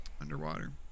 Underwater